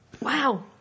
Wow